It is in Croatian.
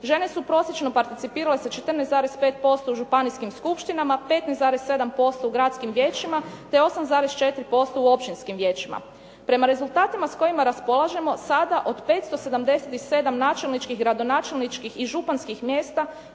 Žene su prosječno participirale sa 14,5% u županijskim skupštinama, 15,7% u gradskim vijećima, te 8,4% u općinskim vijećima. Prema rezultatima s kojima raspolažemo sada od 577 načelničkih, gradonačelničkih i županskih mjesta